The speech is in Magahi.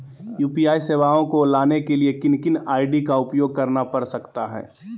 यू.पी.आई सेवाएं को लाने के लिए किन किन आई.डी का उपयोग करना पड़ सकता है?